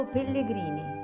Pellegrini